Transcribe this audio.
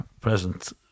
present